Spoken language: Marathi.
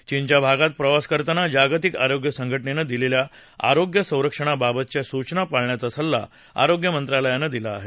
चीनच्या भागात प्रवास करताना जागतिक आरोग्य संघटनेनं दिलेल्या आरोग्य संरक्षणाबाबतच्या सूचना पाळण्याचा सल्ला आरोग्य मंत्रालयानंही दिला आहे